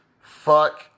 fuck